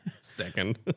Second